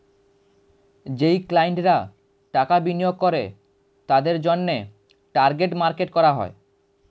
যেই ক্লায়েন্টরা টাকা বিনিয়োগ করে তাদের জন্যে টার্গেট মার্কেট করা হয়